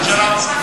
הממשלה מסכימה.